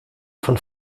von